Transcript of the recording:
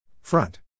Front